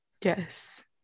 Yes